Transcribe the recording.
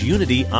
Unity